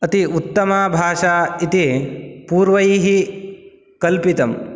अति उत्तमा भाषा इति पूर्वैः कल्पितं